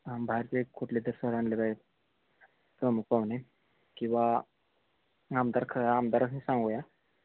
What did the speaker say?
हां बाहेरचे एक कुठले तरी सर आणले पाहिजे प्रमुख पाहुणे किंवा आमदार ख आमदार असं सांगूया